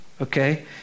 okay